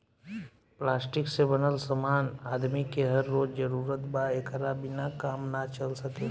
plastic से बनल समान आदमी के हर रोज जरूरत बा एकरा बिना काम ना चल सकेला